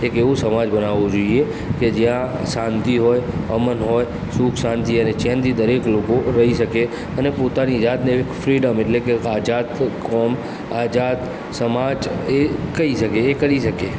એક એવો સમાજ બનાવવો જોઇએ કે જ્યાં શાંતિ હોય અમન હોય સુખ શાંતિ અને ચેનથી દરેક લોકો રહી શકે અને પોતાની જાતને ફ્રીડમ એટલે કે આઝાદ કોમ આઝાદ સમાજ એ કહી શકે એ કરી શકે